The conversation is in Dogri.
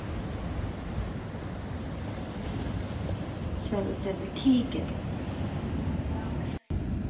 चलो चलो ठीक ऐ तां